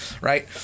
right